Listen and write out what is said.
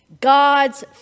God's